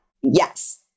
Yes